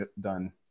done